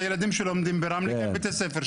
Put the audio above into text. הילדים שלי לומדים ברמלה כי אין בתי ספר.